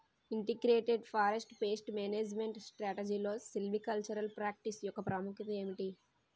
Integrated forest pest management స్ట్రాటజీలో silvicultural practice యెక్క ప్రాముఖ్యత ఏమిటి??